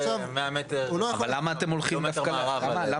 אבל מה אתם הולכים דווקא לשם?